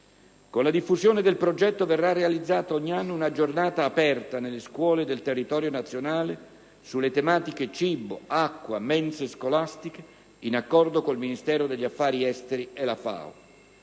Con la diffusione del Progetto verrà realizzata ogni anno una "Giornata aperta" nelle scuole del territorio nazionale sulle tematiche cibo-acqua-mense scolastiche, in accordo con il Ministero degli affari esteri e la FAO.